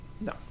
No